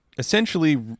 Essentially